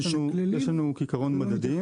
יש לנו כעיקרון מדדים